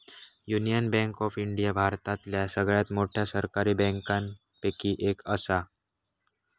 union Bank of India भारतातल्या सगळ्यात मोठ्या सरकारी बँकांपैकी एक असा